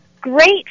great